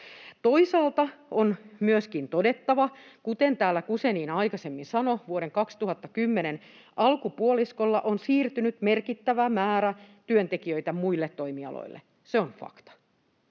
Toisaalta on myöskin todettava, kuten täällä Guzenina aikaisemmin sanoi, että vuoden 2010 alkupuoliskolla on siirtynyt merkittävä määrä työntekijöitä muille toimialoille. Se on fakta.